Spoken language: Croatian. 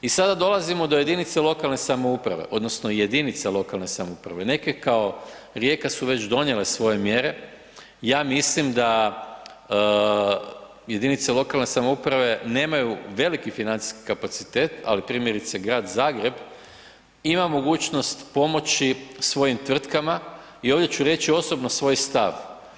I sada dolazimo do jedinice lokalne samouprave, odnosno jedinica lokalne samouprave, neke kao Rijeka su već donijele svoje mjere, ja mislim da jedinice lokalne samouprave nemaju veliki financijski kapacitet ali primjerice grad Zagreb ima mogućnost pomoći svojim tvrtkama i ovdje ću reći osobno svoj stav.